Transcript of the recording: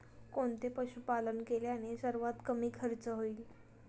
कोणते पशुपालन केल्याने सर्वात कमी खर्च होईल?